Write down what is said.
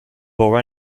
bow